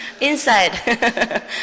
inside